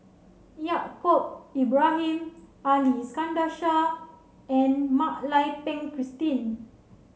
Yaacob Ibrahim Ali Iskandar Shah and Mak Lai Peng Christine